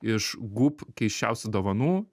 iš gup keisčiausių dovanų